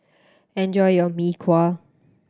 enjoy your Mee Kuah